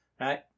right